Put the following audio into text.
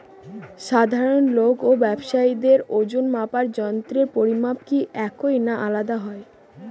সাধারণ লোক ও ব্যাবসায়ীদের ওজনমাপার যন্ত্রের পরিমাপ কি একই না আলাদা হয়?